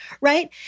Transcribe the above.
right